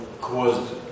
caused